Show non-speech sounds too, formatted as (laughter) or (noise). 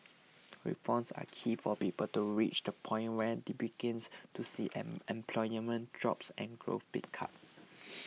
reforms are key for people to reach the point where they begins to see (hesitation) unemployment drops and growth pick up (noise)